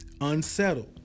unsettled